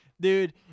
Dude